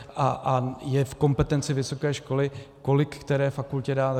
A je v kompetenci vysoké školy, kolik které fakultě dá.